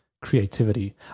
creativity